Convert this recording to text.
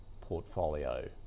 portfolio